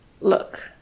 look